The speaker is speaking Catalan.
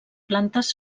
plantes